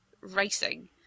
racing